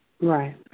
Right